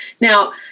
Now